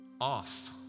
Off